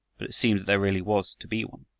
but it seemed that there really was to be one.